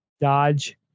Dodge